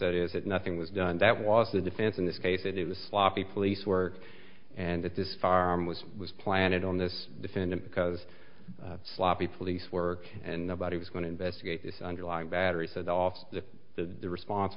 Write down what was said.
that is that nothing was done that was the defense in this case that it was sloppy police work and that this farm was planted on this defendant because sloppy police work and nobody was going to investigate this underlying battery set off the response